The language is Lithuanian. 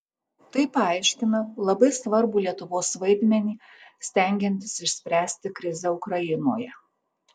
tai paaiškina labai svarbų lietuvos vaidmenį stengiantis išspręsti krizę ukrainoje